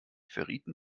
verrieten